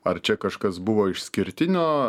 ar čia kažkas buvo išskirtinio